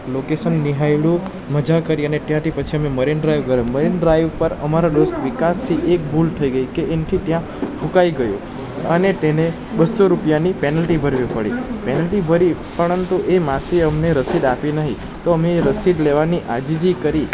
location નિહાળ્યું મજા કરી અને ત્યાંથી પછી અમે મરીન ડ્રાઈવ ગયાં મરીન ડ્રાઈવ ઉપર અમારા દોસ્તથી એક ભૂલ થઈ ગઈ એનથી ત્યાં થુંકાઈ ગયું અને તેને બસો રૂપિયાની પેનલ્ટી ભરવી પડી પેનલ્ટી ભરી પરંતુ એ માસીએ અમને રસીદ આપી નહીં તો અમે એ રસીદ લેવાની આજીજી કરી